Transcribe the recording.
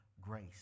Grace